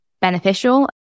beneficial